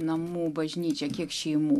namų bažnyčia kiek šeimų